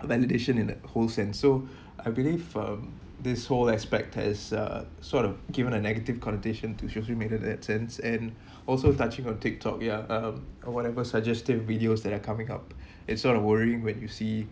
uh validation in the host and so I believe um this whole aspect has uh sort of given a negative connotation to social media in that sense and also touching on tiktok ya um or whatever suggested videos that are coming up it's sort of worrying when you see